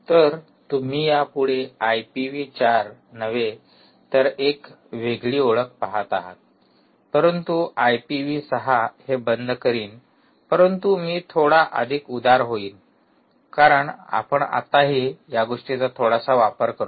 तर तुम्ही यापुढे आय पी व्ही 4 नव्हे तर एक वेगळी ओळख पहात आहात परंतु आय पी व्ही 6 हे बंद करीन परंतु मी थोडा अधिक उदार होईन कारण आपण आताही या गोष्टीचा थोडासा वापर करतो